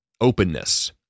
Openness